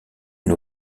une